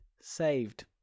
saved